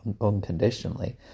unconditionally